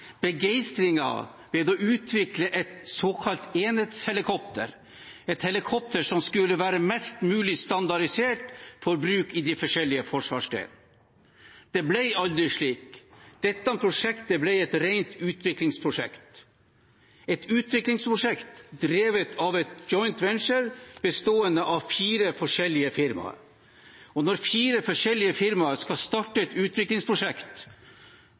ved å utvikle et såkalt enhetshelikopter, et helikopter som skulle være mest mulig standardisert for bruk i de forskjellige forsvarsgrenene. Det ble aldri slik. Dette prosjektet ble et rent utviklingsprosjekt, et utviklingsprosjekt drevet av et joint venture bestående av fire forskjellige firmaer. Og når fire forskjellige firmaer skal starte et utviklingsprosjekt